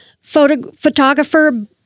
photographer